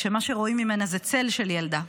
שמה שרואים ממנה זה צל של ילדה,